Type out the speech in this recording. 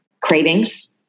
Cravings